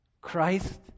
Christ